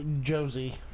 Josie